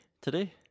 today